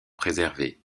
préservé